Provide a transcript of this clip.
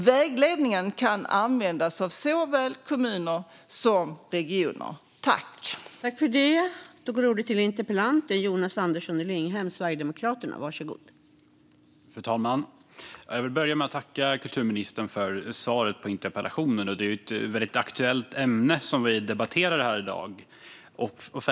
Vägledningen kan användas av såväl kommuner som regioner.